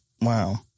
Wow